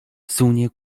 sunie